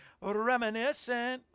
reminiscing